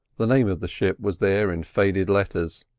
the name of the ship was there in faded letters,